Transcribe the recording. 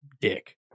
dick